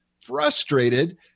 frustrated